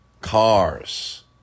cars